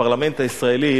הפרלמנט הישראלי,